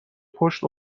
پشت